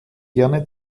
gerne